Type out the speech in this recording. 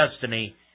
destiny